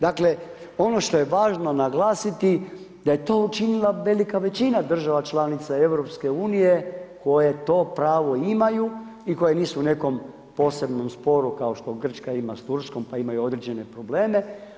Dakle ono što je važno naglasiti da je to učinila velika većina država članica EU koje to pravo imaju i koje nisu u nekom posebnom sporu kao što Grčka ima s Turskom pa imaju određene probleme.